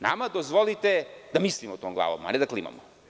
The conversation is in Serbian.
Nama dozvolite da mislimo tom glavom, a ne da klimamo.